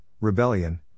Rebellion